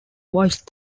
voice